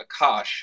Akash